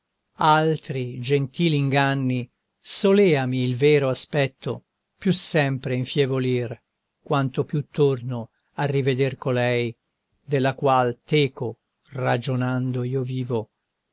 altri gentili inganni soleami il vero aspetto più sempre infievolir quanto più torno a riveder colei della qual teco ragionando io vivo